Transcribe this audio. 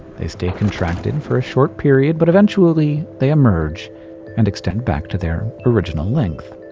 they stay contracted for a short period, but eventually they emerge and extend back to their original length.